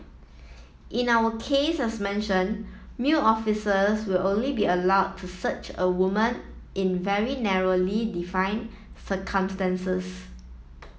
in our case as mentioned male officers will only be allowed to search a woman in very narrowly defined circumstances